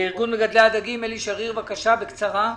בבקשה.